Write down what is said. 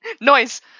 noise